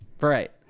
Right